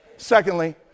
Secondly